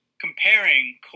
comparing